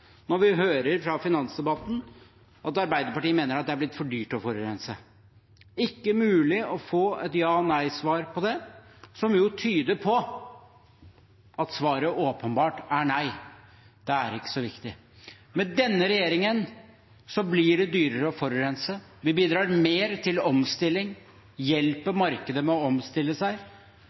når vi hører fra finansdebatten at Arbeiderpartiet mener det er blitt for dyrt å forurense? Det var ikke mulig å få et ja- eller nei-svar på det, som jo tyder på at svaret åpenbart er nei, det er ikke så viktig. Med denne regjeringen blir det dyrere å forurense. Vi bidrar mer til omstilling, hjelper markedet med å omstille seg,